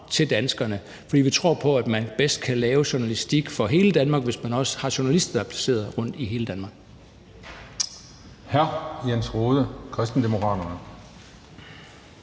til danskerne. For vi tror på, at man bedst kan lave journalistik for hele Danmark, hvis man også har journalister, der er placeret rundt i hele Danmark.